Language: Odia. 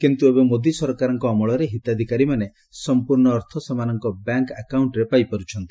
କିନ୍ତୁ ଏବେ ମୋଦୀ ସରକାରଙ୍କ ଅମଳରେ ହିତାଧିକାରୀମାନେ ସମ୍ପୂର୍ଣ୍ଣ ଅର୍ଥ ସେମାନଙ୍କ ବ୍ୟାଙ୍କ ଆକାଉଷ୍ଟ୍ରେ ପାଇପାରୁଛନ୍ତି